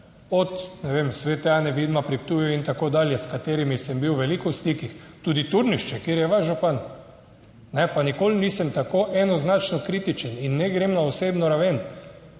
od, ne vem, Svete Ane Vidma pri Ptuju in tako dalje, s katerimi sem bil veliko v stikih, tudi Turnišče, kjer je vaš župan, pa nikoli nisem tako enoznačno kritičen in ne grem na osebno raven,